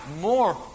more